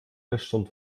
wächtern